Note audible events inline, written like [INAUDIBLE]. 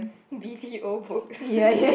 b_t_o book [LAUGHS]